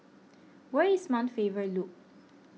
where is Mount Faber Loop